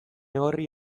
horri